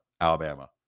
Alabama